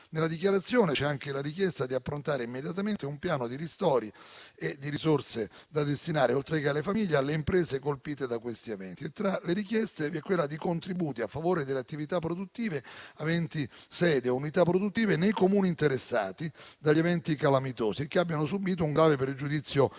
Nella dichiarazione c'è anche la richiesta di approntare immediatamente un piano di ristori e di risorse da destinare, oltre che alle famiglie, alle imprese colpite da questi eventi. Tra le richieste vi è quella di contributi a favore delle attività produttive aventi sede e unità produttive nei Comuni interessati dagli eventi calamitosi e che abbiano subito un grave pregiudizio